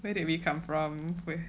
where did we come from where